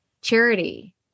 charity